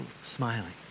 smiling